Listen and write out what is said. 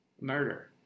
murder